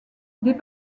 des